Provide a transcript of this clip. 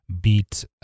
beat